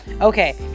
okay